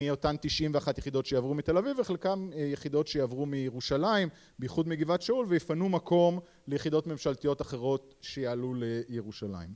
מאותן תשעים ואחת יחידות שיעברו מתל אביב וחלקם יחידות שיעברו מירושלים בייחוד מגבעת שאול ויפנו מקום ליחידות ממשלתיות אחרות שיעלו לירושלים